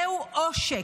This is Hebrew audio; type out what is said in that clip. זהו עושק,